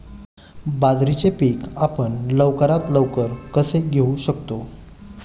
बाजरीचे पीक आपण लवकरात लवकर कसे घेऊ शकतो?